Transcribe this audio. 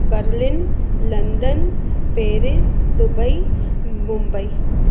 Berlin London Paris Dubai Mumbai